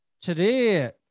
today